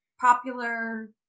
popular